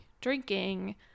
drinking